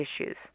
issues